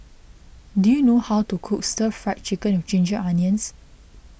do you know how to cook Stir Fried Chicken with Ginger Onions